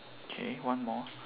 okay one more